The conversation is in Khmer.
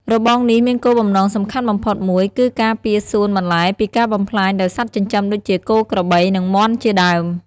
របងនេះមានគោលបំណងសំខាន់បំផុតមួយ គឺការពារសួនបន្លែពីការបំផ្លាញដោយសត្វចិញ្ចឹមដូចជា គោ ក្របី និងមាន់ជាដើម។